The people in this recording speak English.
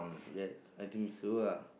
yes I think so ah